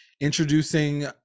introducing